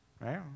Right